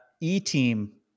e-team